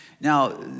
Now